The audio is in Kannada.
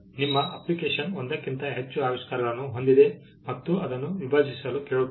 ನಿಮ್ಮ ಅಪ್ಲಿಕೇಶನ್ ಒಂದಕ್ಕಿಂತ ಹೆಚ್ಚು ಆವಿಷ್ಕಾರಗಳನ್ನು ಹೊಂದಿದೆ ಮತ್ತು ಅದನ್ನು ವಿಭಜಿಸಲು ಕೇಳುತ್ತದೆ